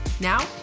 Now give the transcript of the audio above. Now